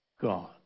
God